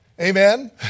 Amen